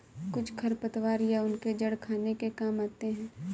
कुछ खरपतवार या उनके जड़ खाने के काम आते हैं